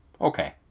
okay